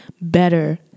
better